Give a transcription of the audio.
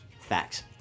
Facts